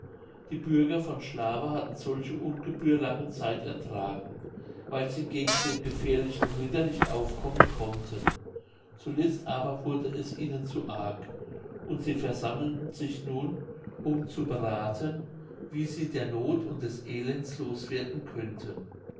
die bürger von schlawe hatten solche ungebühr lange zeit ertragen weil sie gegen den gefährlichen ritter nicht aufkommen konnten zuletzt aber wurde es ihnen zu arg und sie versammelten sich nun um zu berathen wie sie der noth und des elendes los werden könnten